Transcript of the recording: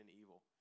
evil